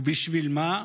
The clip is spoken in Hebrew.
ובשביל מה?